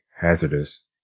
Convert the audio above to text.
hazardous